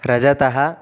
रजतः